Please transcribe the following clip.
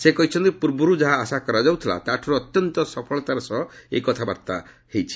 ସେ କହିଛନ୍ତି ପୂର୍ବରୁ ଯାହା ଆଶା କରାଯାଉଥିଲା ତାଠାରୁ ଅତ୍ୟନ୍ତ ସଫଳତାର ସହ ଏହି କଥାବାର୍ତ୍ତା ହୋଇଛି